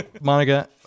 Monica